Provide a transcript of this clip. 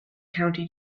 county